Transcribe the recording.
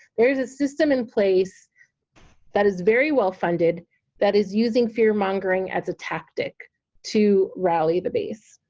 there's a system in place that is very well-funded that is using fear-mongering as a tactic to rally the base.